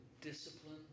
discipline